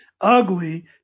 ugly